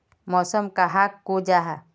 मौसम कहाक को जाहा?